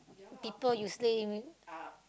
people you stay in